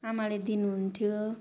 आमाले दिनुहुन्थ्यो